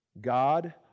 God